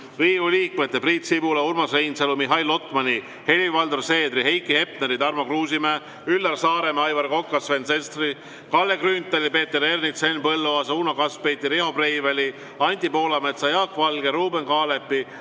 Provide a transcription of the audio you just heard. liikmete Priit Sibula, Urmas Reinsalu, Mihhail Lotmani, Helir-Valdor Seederi, Heiki Hepneri, Tarmo Kruusimäe, Üllar Saaremäe, Aivar Koka, Sven Sesteri, Kalle Grünthali, Peeter Ernitsa, Henn Põlluaasa, Uno Kaskpeiti, Riho Breiveli, Anti Poolametsa, Jaak Valge, Ruuben Kaalepi,